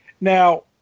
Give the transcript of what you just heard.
Now